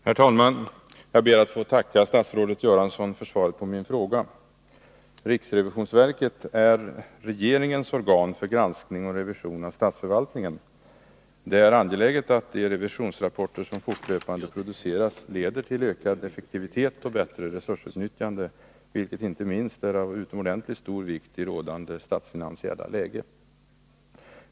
Herr talman! Jag ber att få tacka statsrådet Göransson för svaret på min fråga. Riksrevisionsverket är regeringens organ för granskning och revision av statsförvaltningen. Det är angeläget att de revisionsrapporter som fortlöpande produceras leder till ökad effektivitet och bättre resursutnyttjande, vilket inte minst är av utomordentligt stor vikt i rådande statsfinansiella läge.